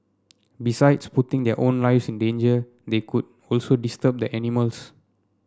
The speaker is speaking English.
besides putting their own lives in danger they could also disturb the animals